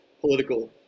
political